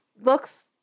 looks